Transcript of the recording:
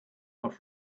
off